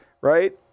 right